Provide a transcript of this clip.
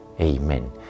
Amen